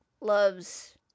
Loves